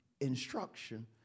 instruction